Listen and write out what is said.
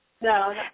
No